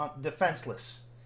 defenseless